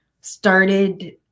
started